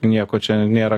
nieko čia nėra